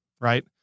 Right